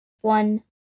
One